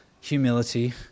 humility